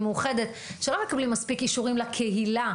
מאוחדת שלא מקבלים מספיק אישורים לקהילה,